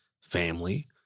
family